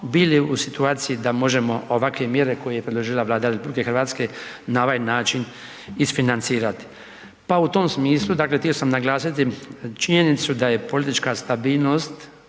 bili u situaciji da možemo ovakve mjere koje je predložila Vlada RH na ovaj način isfinancirati. Pa u tom smislu htio sam naglasiti činjenicu da je politička stabilnost